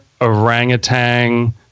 orangutan